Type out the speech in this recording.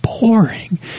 boring